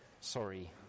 Sorry